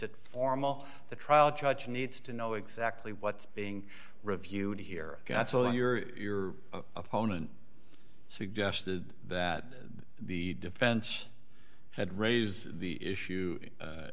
it formal the trial judge needs to know exactly what's being reviewed here that's all in your opponent suggested that the defense had raised the issue